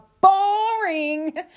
boring